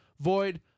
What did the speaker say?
void